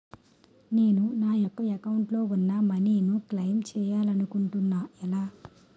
నేను నా యెక్క అకౌంట్ లో ఉన్న మనీ ను క్లైమ్ చేయాలనుకుంటున్నా ఎలా?